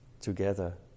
together